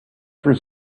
for